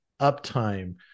uptime